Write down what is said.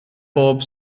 bob